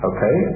Okay